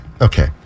Okay